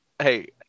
Hey